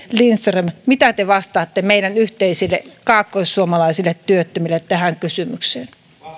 lindström mitä te vastaatte meidän yhteisille kaakkoissuomalaisille työttömillemme tähän kysymykseen